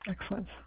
Excellent